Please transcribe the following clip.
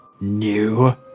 new